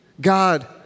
God